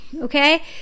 okay